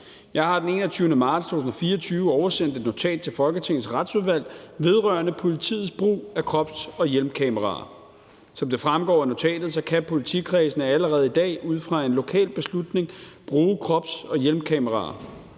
Jeg har den 21. marts 2024 oversendt et notat til Folketingets Retsudvalg vedrørende politiets brug af krops- og hjelmkameraer. Som det fremgår af notatet, kan politikredsene allerede i dag ud fra en lokal beslutning bruge krops- og hjelmkameraer.